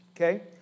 okay